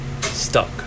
stuck